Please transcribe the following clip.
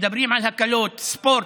מדברים על הקלות, ספורט.